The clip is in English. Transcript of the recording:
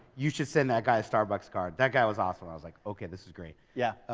you should send that guy a starbucks card. that guy was awesome. i was like, okay, this is great. yeah.